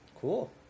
Cool